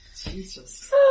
Jesus